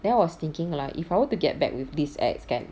then I was thinking kalau if I were to get back with this ex kan